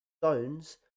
stones